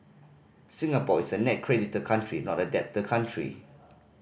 Singapore is a net creditor country not a debtor country